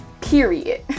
period